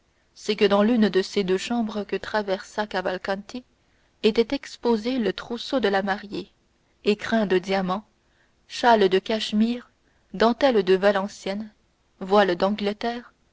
c'est que dans l'une de ces deux chambres que traversa cavalcanti était exposé le trousseau de la mariée écrins de diamants châles de cachemire dentelles de valenciennes voiles d'angleterre